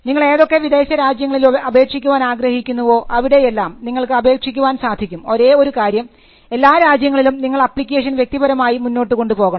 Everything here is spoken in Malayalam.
നിങ്ങൾ ഏതൊക്കെ വിദേശരാജ്യങ്ങളിൽ അപേക്ഷിക്കുവാൻ ആഗ്രഹിക്കുന്നുവോ അവിടെയെല്ലാം നിങ്ങൾക്ക് അപേക്ഷിക്കാൻ സാധിക്കും ഒരേ ഒരു കാര്യം എല്ലാ രാജ്യങ്ങളിലും നിങ്ങൾ ആപ്ലിക്കേഷൻ വ്യക്തിപരമായി മുന്നോട്ടു കൊണ്ടുപോകണം